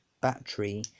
battery